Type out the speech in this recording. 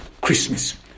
Christmas